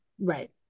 Right